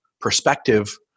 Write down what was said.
perspective